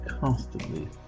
constantly